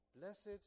blessed